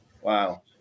Wow